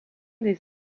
des